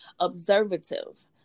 observative